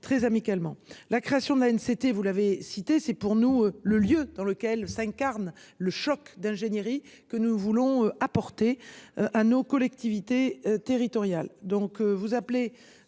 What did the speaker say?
très amicalement la création de la haine. C'était, vous l'avez cité, c'est pour nous le lieu dans lequel s'incarne le choc d'ingénierie que nous voulons apporter. À nos collectivités territoriales,